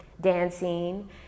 dancing